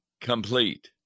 complete